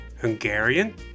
Hungarian